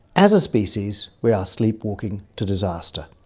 as a species, we are sleepwalking to disaster.